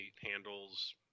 handles